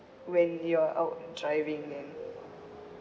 when you're out driving and